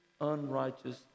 unrighteous